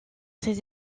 ses